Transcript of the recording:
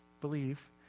believe